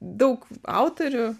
daug autorių